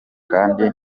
kandi